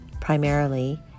primarily